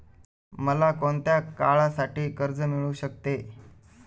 मला कोणत्या काळासाठी कर्ज मिळू शकते?